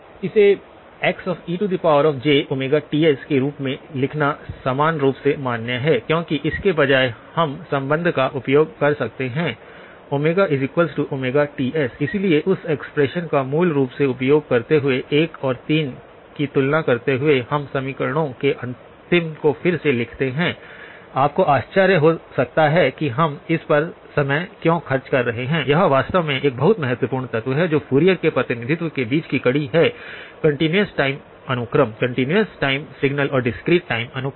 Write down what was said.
इसे X के रूप में लिखना समान रूप से मान्य है क्योंकि इसके बजाय हम संबंध का उपयोग कर सकते हैं ωTs इसलिए उस एक्सप्रेशन का मूल रूप से उपयोग करते हुए 1 और 3 की तुलना करते हुए हम समीकरणों के अंतिम को फिर से लिखते हैं आपको आश्चर्य हो सकता है कि हम इस पर समय क्यों खर्च कर रहे हैं यह वास्तव में एक बहुत महत्वपूर्ण तत्व है जो फूरियर के प्रतिनिधित्व के बीच की कड़ी है कंटीन्यूअस टाइम अनुक्रम कंटीन्यूअस टाइम सिग्नल और डिस्क्रीट टाइम अनुक्रम